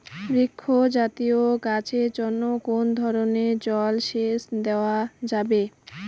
বৃক্ষ জাতীয় গাছের জন্য কোন ধরণের জল সেচ দেওয়া যাবে?